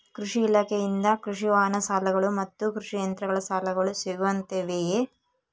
ಕೃಷಿ ಇಲಾಖೆಯಿಂದ ಕೃಷಿ ವಾಹನ ಸಾಲಗಳು ಮತ್ತು ಕೃಷಿ ಯಂತ್ರಗಳ ಸಾಲಗಳು ಸಿಗುತ್ತವೆಯೆ?